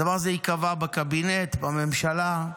הדבר הזה ייקבע בקבינט, בממשלה.